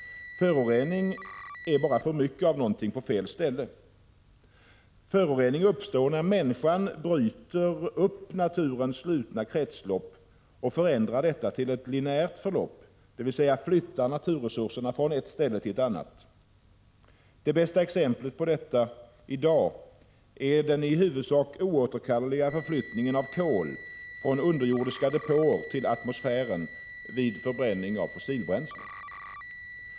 Förorening är bara för mycket av någonting på fel ställe. Förorening uppstår när människan bryter upp naturens slutna kretslopp och förändrar detta till ett lineärt förlopp, dvs. flyttar naturresurser från ett ställe till ett annat. Det bästa exemplet på detta i dag är den i huvudsak oåterkalleliga förflyttningen av kol från underjordiska depåer till atmosfären vid förbränning av fossilbränsle.